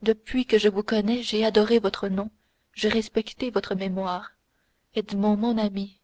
depuis que je vous connais j'ai adoré votre nom j'ai respecté votre mémoire edmond mon ami